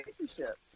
relationship